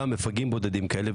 גם מפגעים בודדים כאלה,